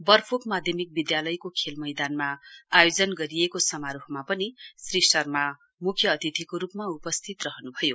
बर्फोक माध्यमिक विधालयको खेल मैदानमा आयोजन गरिएको समारोहमा पनि श्री शर्मा मुख्य अतिथिको रुपमा उपस्थित रहनुभयो